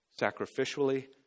Sacrificially